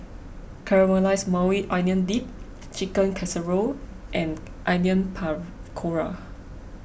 Caramelized Maui Onion Dip Chicken Casserole and Onion Pakora